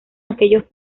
aquellos